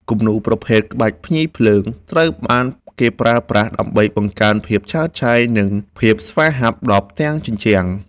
គំនូរប្រភេទ ក្បាច់ភ្ញីភ្លើង ត្រូវបានគេប្រើប្រាស់ដើម្បីបង្កើនភាពឆើតឆាយ និងភាពស្វាហាប់ដល់ផ្ទាំងជញ្ជាំង។